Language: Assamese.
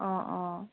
অ' অ